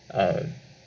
uh